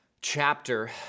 chapter